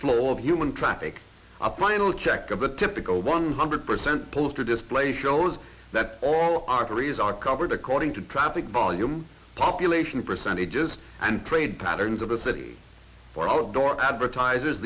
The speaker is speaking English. flow of human traffic a pinal check of a typical one hundred percent poster display shows that all arteries are covered according to traffic volume population percentages and trade patterns of a city or outdoor advertisers